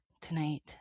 tonight